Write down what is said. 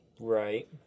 Right